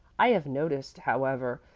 i have noticed, however,